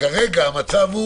שכרגע המצב הוא